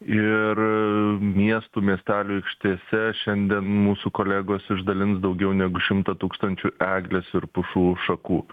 ir miestų miestelių aikštėse šiandien mūsų kolegos išdalins daugiau negu šimtą tūkstančių eglės ir pušų šakų